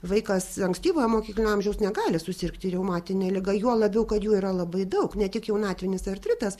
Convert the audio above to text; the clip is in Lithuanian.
vaikas ankstyvojo mokyklinio amžiaus negali susirgti reumatine liga juo labiau kad jų yra labai daug ne tik jaunatvinis artritas